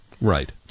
right